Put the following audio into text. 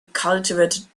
cultivate